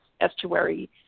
estuary